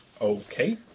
Okay